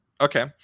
Okay